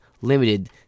Limited